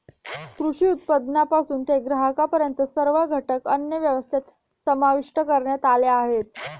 कृषी उत्पादनापासून ते ग्राहकांपर्यंत सर्व घटक अन्नव्यवस्थेत समाविष्ट करण्यात आले आहेत